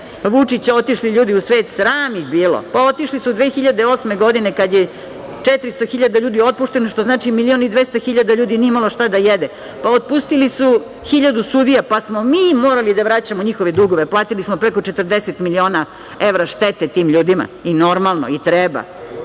Vučića otišli ljudi u svet. Sram ih bilo, pa otišli su 2008. godine kada je 400 hiljada ljudi otpušteno, što znači milion i 200 hiljada ljudi nije imalo šta da jede. Otpustili su hiljadu sudija, pa smo mi morali da vraćamo njihove dugove. Platili smo preko 40 miliona evra štete tim ljudima. Normalno i treba.